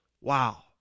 Wow